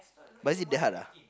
but is it that hard lah